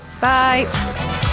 bye